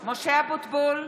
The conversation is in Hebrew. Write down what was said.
(קוראת בשמות חברי הכנסת) משה אבוטבול,